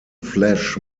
flesh